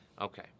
Okay